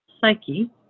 psyche